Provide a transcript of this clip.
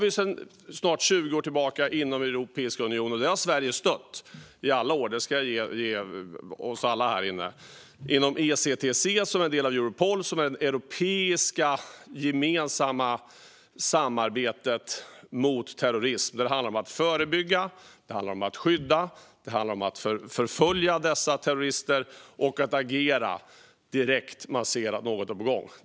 Vi har sedan snart 20 år tillbaka inom Europeiska unionen - och det har Sverige stött i alla år, det ska jag ge oss alla här inne - ett samarbete inom ECTC som är en del av Europol som i sin tur är det europeiska gemensamma samarbetet mot terrorism. Där handlar det om att förebygga och skydda mot terrorism och förfölja dessa terrorister och agera direkt när man ser att något är på gång.